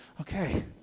Okay